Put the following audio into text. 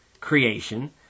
creation